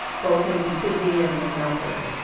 both in sydney and in melbourne,